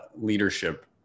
leadership